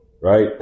right